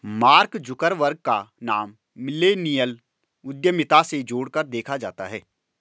mark Zuckerberg का नाम millennial उद्यमिता से जोड़कर देखा जाता है